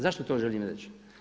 Zašto to želim reći?